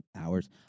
hours